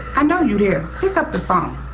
i know you there pick up the phone.